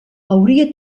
hauria